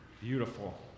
Beautiful